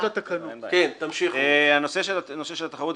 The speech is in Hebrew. בנושא של התחרות,